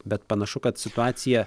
bet panašu kad situacija